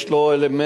יש לו אלמנטים,